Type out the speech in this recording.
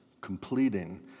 completing